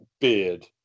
beard